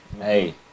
Hey